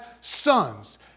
sons